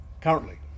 currently